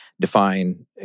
define